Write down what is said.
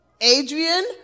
Adrian